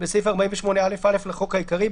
"תיקון סעיף 48א 5. בסעיף 48א(א) לחוק העיקרי,